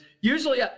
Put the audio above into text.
Usually